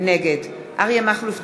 נגד אריה מכלוף דרעי,